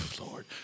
Lord